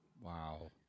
Wow